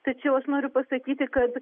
tačiau aš noriu pasakyti kad